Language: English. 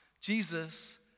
Jesus